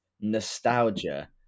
nostalgia